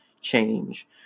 change